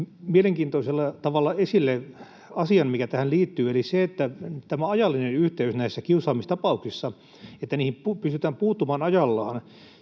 mielenkiintoisella tavalla esille asian, mikä tähän liittyy, eli tämä ajallinen yhteys kiusaamistapauksissa, niin että niihin pystytään puuttumaan ajallaan.